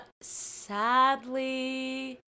sadly